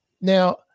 now